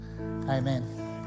amen